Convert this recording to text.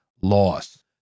loss